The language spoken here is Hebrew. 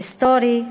היסטורי,